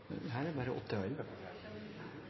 Her er det